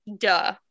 duh